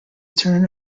turn